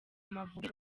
amavubi